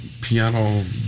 piano